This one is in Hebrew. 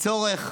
כצורך